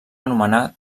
anomenar